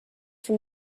from